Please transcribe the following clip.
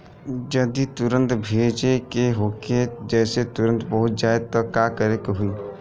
जदि तुरन्त भेजे के होखे जैसे तुरंत पहुँच जाए त का करे के होई?